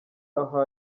aho